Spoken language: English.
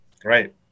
great